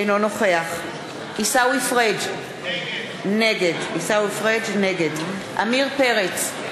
אינו נוכח עיסאווי פריג' נגד עמיר פרץ,